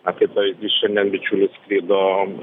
apie tai ir šiandien bičiulis skrido